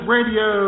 Radio